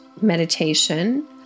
meditation